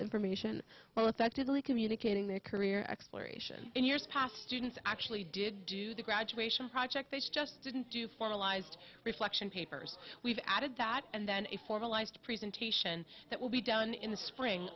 information well effectively communicating their career exploration in years past students actually did the graduation project they just didn't do formalized reflection papers we've added that and then a formalized presentation that will be done in the spring